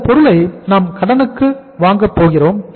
இந்தப் பொருளை நாம் கடனுக்கு வாங்க போகிறோம்